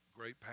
great